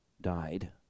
died